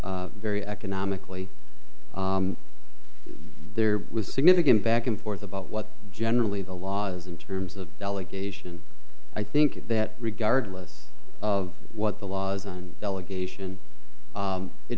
very economically there was significant back and forth about what generally the laws in terms of delegation i think that regardless of what the laws and delegation